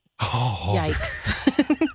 Yikes